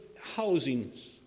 housings